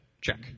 check